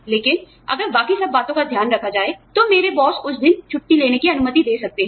लेकिन अगर बाकी सब बातों का ध्यान रखा जाए तो मेरे बॉस मुझे उस दिन छुट्टी लेने की अनुमति दे सकते हैं